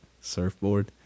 Surfboard